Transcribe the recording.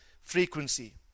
frequency